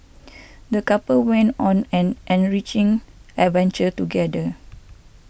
the couple went on an enriching adventure together